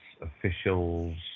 officials